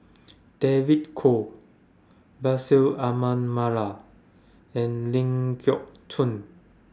David Kwo Bashir Ahmad Mallal and Ling Geok Choon